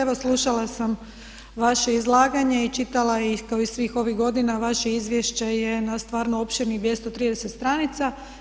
Evo slušala sam vaše izlaganje i čitala kao i svih ovih godina vaše izvješće je na stvarno opširnih 230 stanica.